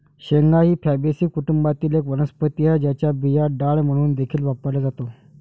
शेंगा ही फॅबीसी कुटुंबातील एक वनस्पती आहे, ज्याचा बिया डाळ म्हणून देखील वापरला जातो